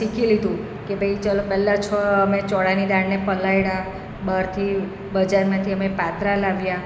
શીખી લીધું કે ભાઈ ચલો પહેલાં છ અમે ચોળાની દાળને પલાળ્યા બહારથી બજારમાંથી અમે પાત્રા લાવ્યા